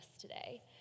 today